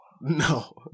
no